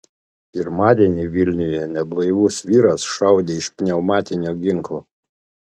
pirmadienį vilniuje neblaivus vyras šaudė iš pneumatinio ginklo